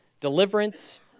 deliverance